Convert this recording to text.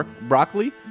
Broccoli